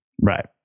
Right